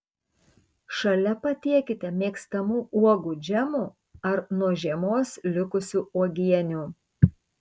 šalia patiekite mėgstamų uogų džemų ar nuo žiemos likusių uogienių